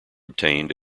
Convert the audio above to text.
obtained